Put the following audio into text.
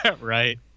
Right